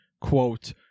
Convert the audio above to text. quote